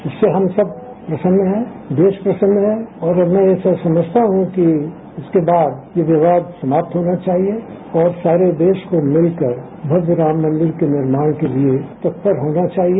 इससे हम सब प्रसन्न है देश प्रसन्न है और अब मैं ऐसा समझता हूं कि इसके बाद ये विवाद समाप्त होने चाहिए और सारे देश को मिलकर भव्य राम मंदिर के निर्माण के लिए तत्पर होना चाहिए